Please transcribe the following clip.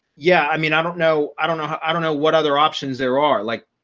yeah, i mean, i don't know. i don't know. i don't know what other options there are like.